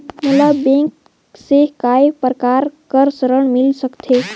मोला बैंक से काय प्रकार कर ऋण मिल सकथे?